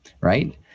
right